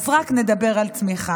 אז רק נדבר על צמיחה.